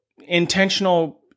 intentional